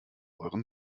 euren